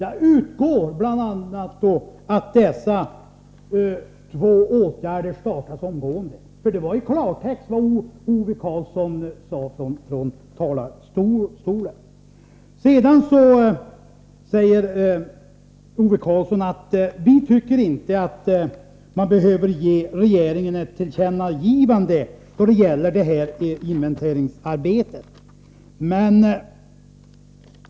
Att bl.a. dessa åtgärder omedelbart skulle vidtas var i klartext vad Ove Karlsson sade från talarstolen. Vi tycker inte att riksdagen behöver ge regeringen ett tillkännagivande då det gäller inventeringsarbetet, sade Ove Karlsson.